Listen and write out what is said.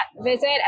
visit